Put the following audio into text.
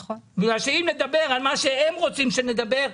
אם נדבר על מה שהם רוצים שנדבר,